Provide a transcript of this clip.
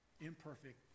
imperfect